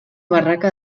barraca